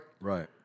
Right